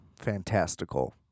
fantastical